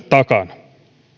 takana